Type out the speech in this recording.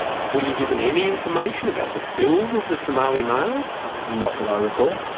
were you given any information about the build of the somali males? not that i recall.